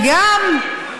וגם,